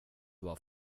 bara